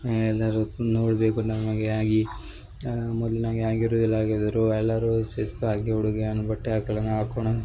ಎಲ್ಲರು ನೋಡಬೇಕು ನಮಗೆ ಆಗಿ ಮೊದ್ಲಿನ ಹಾಗೆ ಆಗಿರುದಿಲ್ಲ ಆಗಿದ್ದರೂ ಎಲ್ಲರೂ ಶಿಸ್ತು ಆಗಿ ಹುಡುಗಿಯನ್ನು ಬಟ್ಟೆ ಹಾಕೊಳನಾ ಹಾಕೊಣು